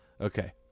Okay